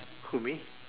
who me